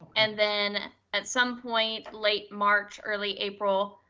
and then at some point late march, early april,